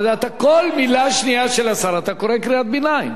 אבל על כל מלה שנייה של השר אתה קורא קריאת ביניים.